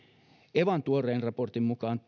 evan tuoreen raportin mukaan